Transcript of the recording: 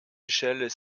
échelles